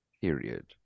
Period